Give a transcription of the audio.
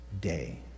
day